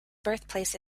birthplace